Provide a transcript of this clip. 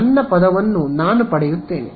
ನನ್ನ ಪದವನ್ನು ನಾನು ಪಡೆಯುತ್ತೇನೆ